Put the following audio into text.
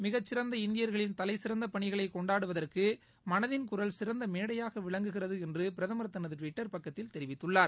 மிகச் சிறந்த இந்தியர்களின் தலைசிறந்த பணிகளை கொண்டாடுவதற்கு மனதின் குரல் சிறந்த மேடையாக விளங்குகிறது என்று பிரதமர் தனது டுவிட்டர் பக்கத்தில் தெரிவித்துள்ளார்